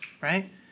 right